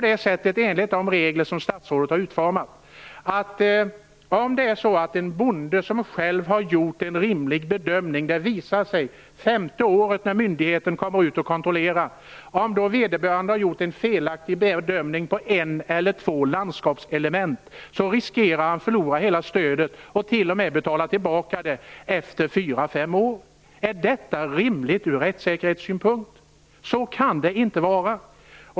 Det är enligt de regler som statsrådet har utformat på följande sätt. Låt oss säga att en bonde själv har gjort en rimlig bedömning, men det visar sig femte året, när myndigheten kommer för att kontrollera, att vederbörande gjort en felaktig bedömning på ett eller två landskapselement. Då riskerar han att förlora hela stödet och t.o.m. få betala tillbaka det efter fyra fem år. Är detta rimligt ur rättssäkerhetssynpunkt? Så kan det inte vara!